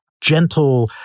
gentle